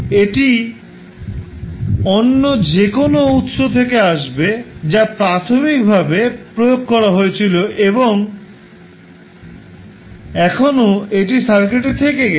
এটি অন্য যে কোনও উত্স থেকে আসবে যা প্রাথমিকভাবে প্রয়োগ হয়েছিল এবং এখনও এটি সার্কিটে থেকে গেছে